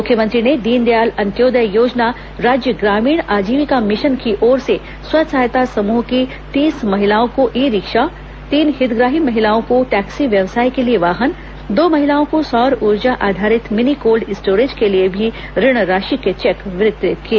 मुख्यमंत्री ने दीनदयाल अंत्योदय योजना राज्य ग्रामीण आजीविका मिशन की ओर से स्व सहायता समूहों की तीस महिलाओं को ई रिक्शा तीन हितग्राही महिलाओं को टैक्सी व्यवसाय के लिए वाहन दो महिलाओं को सौर ऊर्जा आधारित मिनी कोल्ड स्टोरेज के लिए भी ऋण राशि के चेक वितरित किए